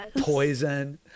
Poison